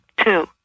Two